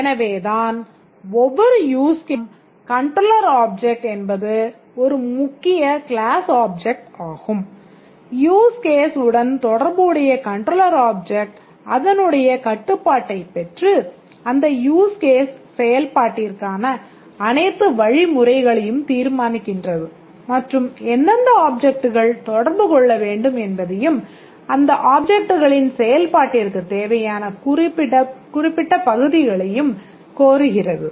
எனவேதான் ஒவ்வொரு யூஸ் கேஸ்க்கும் உடன் தொடர்பு உடைய கண்ட்ரோலர் ஆப்ஜெக்ட் அதனுடைய கட்டுப்பாட்டைப் பெற்று அந்த யூஸ் கேஸ் செயல்பாட்டிற்கான அனைத்து வழிமுறைகளையும் தீர்மானிக்கின்றது மற்றும் எந்தெந்த ஆப்ஜெக்ட்கள் தொடர்பு கொள்ள வேண்டும் என்பதையும் அந்த ஆப்ஜெக்ட்களின் செயல்பாட்டிற்கு தேவையான குறிப்பிட்ட பகுதிகளையும் கோருகிறது